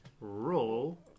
Roll